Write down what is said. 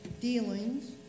dealings